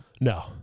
No